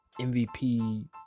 MVP